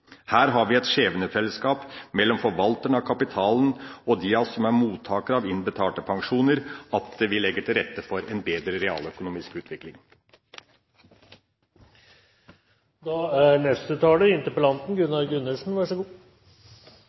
Her har vi et skjebnefellesskap mellom forvalterne av kapitalen og de av oss som er mottakere av innbetalte pensjoner – at vi legger til rette for en bedre realøkonomisk utvikling. Jeg takker for debatten. Det er